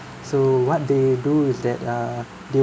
so what they do is that err they would